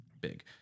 big